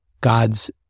God's